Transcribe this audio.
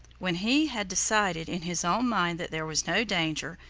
when he had decided in his own mind that there was no danger,